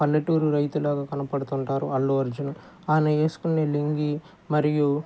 పల్లెటూరు రైతు లాగా కనపడుతుంటారు అల్లుఅర్జును అయన వేసుకొనే లుంగీ మరియు